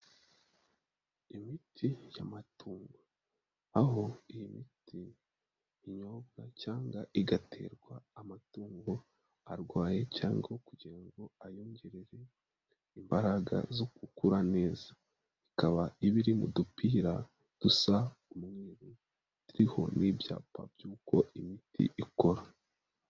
Imiti y'amatungo, aho iyi miti inyobwa cyangwa igaterwa amatungo arwaye, cyangwa kugira ngo ayongerere imbaraga zo gukura neza. Ikaba iba iri mu dupira dusa umweru, hariho n'ibyapa by'uko imiti ikora.